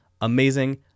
amazing